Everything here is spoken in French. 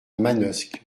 manosque